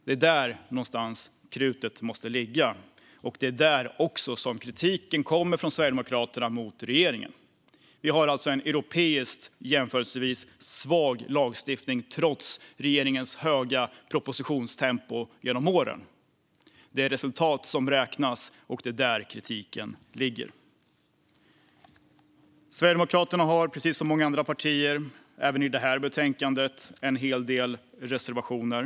Det är där någonstans krutet måste ligga, och det är där kritiken kommer från Sverigedemokraterna mot regeringen. Sverige har alltså en europeiskt sett jämförelsevis svag lagstiftning trots regeringens höga propositionstempo genom åren. Det är resultat som räknas, och det är där kritiken ligger. Sverigedemokraterna har, precis som många andra partier, även i det här betänkandet en hel del reservationer.